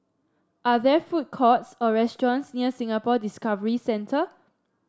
are there food courts or restaurants near Singapore Discovery Centre